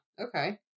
Okay